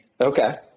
Okay